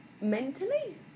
Mentally